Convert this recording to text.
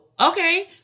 okay